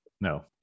No